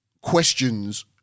questions